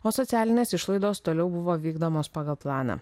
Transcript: o socialinės išlaidos toliau buvo vykdomos pagal planą